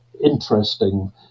interesting